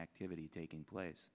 activity taking place